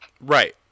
Right